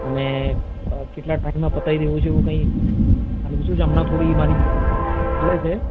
અને કેટલા ટાઈમમાં પતાવી દેવું છે એવું કંઈ અને શું છે હમણાં થોડી મારી બે ચાલે છે